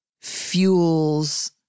fuels